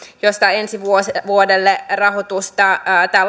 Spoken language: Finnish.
josta ensi vuodelle rahoitusta tämä